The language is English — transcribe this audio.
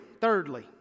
thirdly